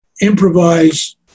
improvise